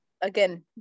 Again